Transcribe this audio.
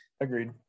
agreed